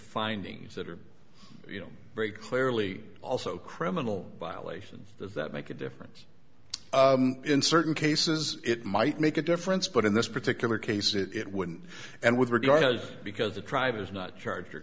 findings that are you know very clearly also criminal violations that make a difference in certain cases it might make a difference but in this particular case it wouldn't and with regard to because the tribe is not